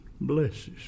blesses